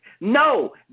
No